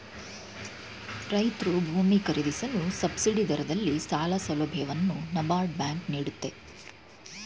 ರೈತ್ರು ಭೂಮಿ ಖರೀದಿಸಲು ಸಬ್ಸಿಡಿ ದರದಲ್ಲಿ ಸಾಲ ಸೌಲಭ್ಯವನ್ನು ನಬಾರ್ಡ್ ಬ್ಯಾಂಕ್ ನೀಡುತ್ತೆ